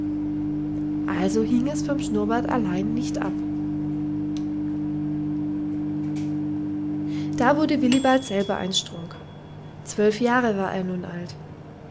also hing es vom schnurrbart allein nicht ab da wurde willibald selber ein strunk zwölf jahre war er nun alt